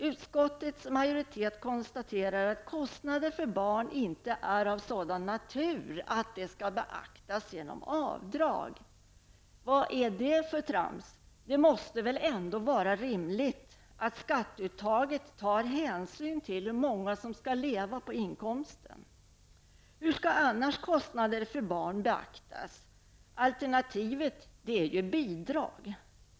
Utskottets majoritet konstaterar att kostnader för barn inte är av sådan natur att de skall beaktas genom avdrag. Vad är det för trams? Det måste väl ändå vara rimligt att skatteuttaget tar hänsyn till hur många som skall leva på inkomsten. Hur skall annars kostnader för barn beaktas? Alternativet är ju bidrag.